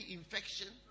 infection